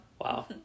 Wow